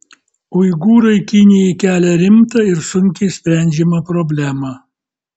uigūrai kinijai kelia rimtą ir sunkiai sprendžiamą problemą